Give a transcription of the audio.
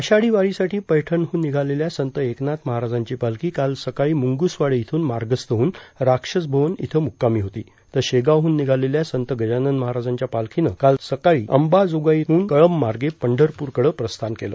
आषाढी वारीसाठी पैठणहून निघालेल्या संत एकनाथ महाराजांची पालखी काल सकाळी म्रंगसवाडे इथून मार्गस्थ होऊन राक्षसभ्रवन इथं मुक्कामी होती तर शेगावदून निघालेल्या संत गजानन महाराजांच्या पालखीनं काल सकाळी अंबाजोगाईहून कळंबमार्गे पंढरपूरकडं प्रस्थान केलं